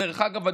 דרך אגב,